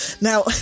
Now